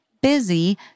busy